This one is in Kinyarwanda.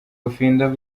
bufindo